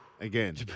again